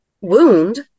wound